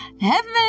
Heaven